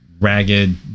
ragged